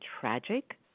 tragic